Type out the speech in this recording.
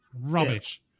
Rubbish